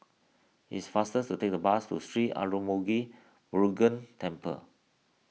it is faster to take the bus to Sri Arulmigu Murugan Temple